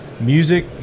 music